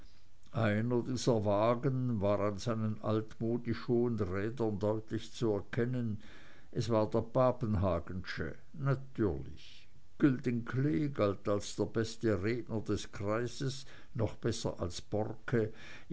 einer dieser wagen war an seinen altmodisch hohen rädern deutlich zu erkennen es war der papenhagensche natürlich güldenklee galt als der beste redner des kreises noch besser als borcke